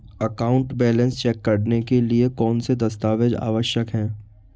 Account balance check करने के लिए कौनसे दस्तावेज़ आवश्यक हैं?